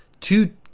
Two